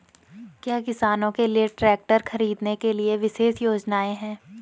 क्या किसानों के लिए ट्रैक्टर खरीदने के लिए विशेष योजनाएं हैं?